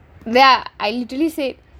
ya I usually say